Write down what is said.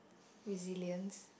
resilience